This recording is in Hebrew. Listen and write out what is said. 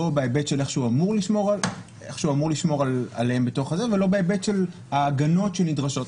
לא בהיבט של איך הוא אמור לשמור עליהם ולא בהיבט של ההגנות שנדרשות,